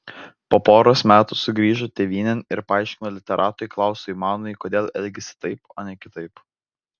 po poros metų sugrįžo tėvynėn ir paaiškino literatui klausui manui kodėl elgėsi taip o ne kitaip